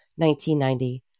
1990